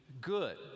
good